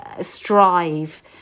strive